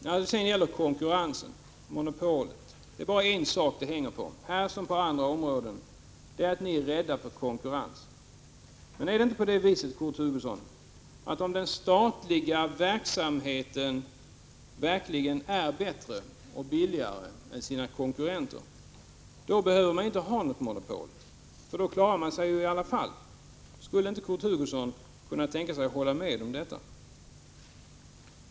När det gäller monopolen är det bara en sak det hänger på, här som på andra områden, och det är att ni är rädda för konkurrens. Men är det inte på det viset, Kurt Hugosson, att om den statliga verksamheten är bättre och billigare än sina konkurrenter, behöver man inte ha något monopol, för då klarar man sig i alla fall? Skulle inte Kurt Hugosson kunna tänka sig att hålla med om detta?